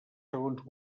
segons